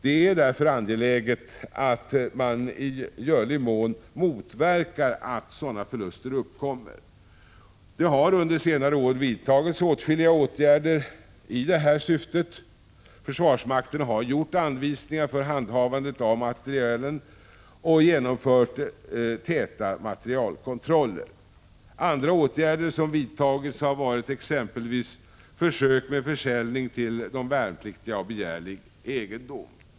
Det är därför angeläget att man i görlig mån motverkar att sådana förluster uppkommer. Det har under senare år vidtagits åtskilliga åtgärder i detta syfte. Försvarsmakten har utfärdat anvisningar för handhavandet av materielen och genomfört täta materielkontroller. Andra åtgärder har också vidtagits. Det gäller exempelvis försök med försäljning till värnpliktiga av begärlig egendom.